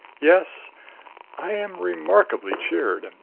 yes i am remarkably cheered.